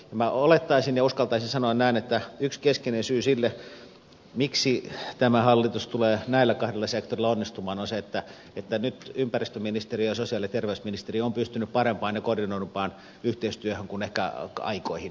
minä olettaisin ja uskaltaisin sanoa näin että yksi keskeinen syy sille miksi tämä hallitus tulee näillä kahdella sektorilla onnistumaan on se että nyt ympäristöministeriö ja sosiaali ja terveysministeriö on pystynyt parempaan ja koordinoidumpaan yhteistyöhön kuin ehkä aikoihin